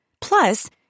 Plus